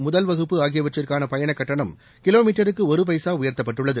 முதல் வகுப்பு ஆகியவற்றுக்கான பயணக் கட்டணம் கிலோ மீட்டருக்கு ஒரு பைசா உயர்த்தப்பட்டுள்ளது